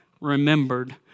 remembered